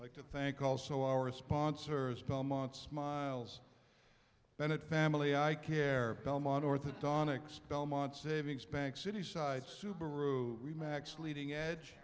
like to thank also our sponsors belmont's miles bennett family i care belmont orthodontics belmont savings bank city side subaru remax leading edge